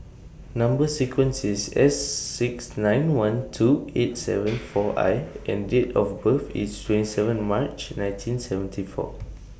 Number sequence IS S six nine one two eight seven four I and Date of birth IS twenty seven March nineteen seventy four